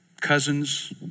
cousins